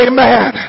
Amen